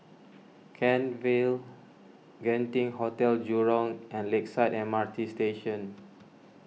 Kent Vale Genting Hotel Jurong and Lakeside M R T Station